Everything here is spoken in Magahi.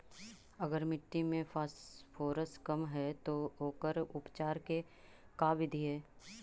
अगर मट्टी में फास्फोरस कम है त ओकर उपचार के का बिधि है?